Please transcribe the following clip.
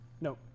No